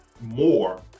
more